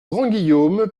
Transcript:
grandguillaume